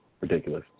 ridiculous